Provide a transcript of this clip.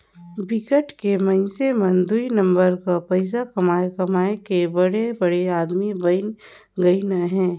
बिकट के मइनसे मन दुई नंबर कर पइसा कमाए कमाए के बड़े बड़े आदमी बइन गइन अहें